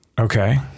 Okay